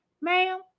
Ma'am